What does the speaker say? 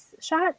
shot